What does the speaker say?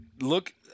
look